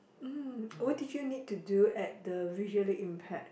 mm what did you need to do at the visually impaired